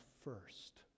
first